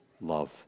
love